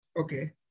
Okay